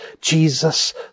Jesus